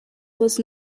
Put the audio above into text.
was